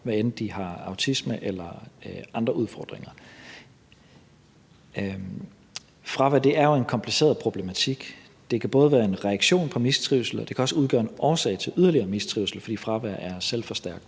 personer, der har autisme, eller andre udfordringer. Fravær er jo en kompliceret problematik. Det kan både være en reaktion på mistrivsel og også udgøre en årsag til yderligere mistrivsel, fordi fravær er selvforstærkende.